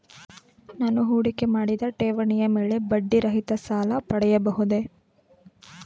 ನಾನು ಹೂಡಿಕೆ ಮಾಡಿದ ಠೇವಣಿಯ ಮೇಲೆ ಬಡ್ಡಿ ರಹಿತ ಸಾಲ ಪಡೆಯಬಹುದೇ?